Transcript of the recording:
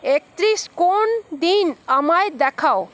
একত্রিশ কোন দিন আমায় দেখাও